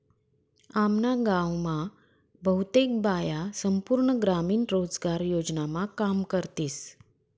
आम्ना गाव मा बहुतेक बाया संपूर्ण ग्रामीण रोजगार योजनामा काम करतीस